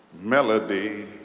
melody